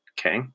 Okay